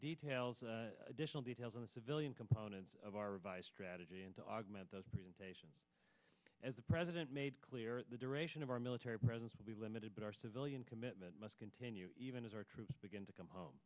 details additional details on the civilian component of our revised strategy and to augment those presentations as the president made clear the duration of our military presence will be limited but our civilian commitment must continue even as our troops begin to come home